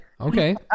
Okay